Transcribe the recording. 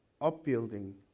upbuilding